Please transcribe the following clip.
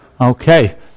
okay